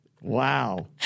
Wow